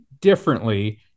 differently